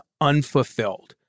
unfulfilled